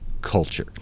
culture